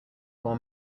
four